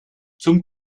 zum